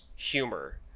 humor